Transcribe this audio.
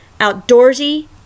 outdoorsy